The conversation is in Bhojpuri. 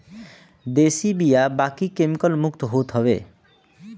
देशी बिया बाकी केमिकल मुक्त होत हवे